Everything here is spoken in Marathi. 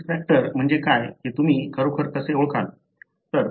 रिस्क फॅक्टर म्हणजे काय हे तुम्ही खरोखर कसे ओळखाल